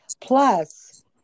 Plus